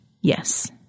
Yes